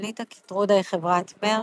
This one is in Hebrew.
יצרנית הקיטרודה היא חברת מרק.